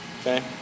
Okay